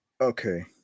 Okay